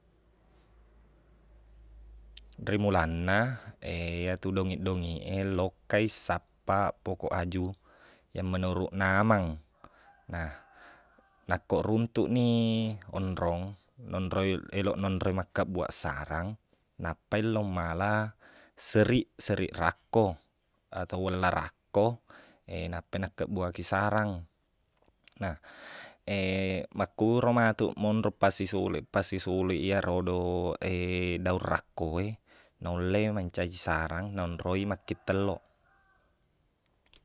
Rimulanna iyatu dongiq-dongiq e lokkai sappa pokok aju yang menurutna ameng nah nakoruntuqni onrong nonroi- eloq nonroi makkeqbuaq sarang nappai lo mala seriq seriq rakko ato wella rakko nappai nakkebbuaki sarang nah makkuro matuq monro pasi solo i pasi solo i iyero do daung rakko e naulle mancaji sarang nonroi makkittelloq